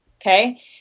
okay